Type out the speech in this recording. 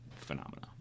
phenomena